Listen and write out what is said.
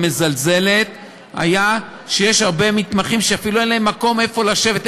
המזלזלת היה שיש הרבה מתמחים שאפילו אין להם מקום לשבת.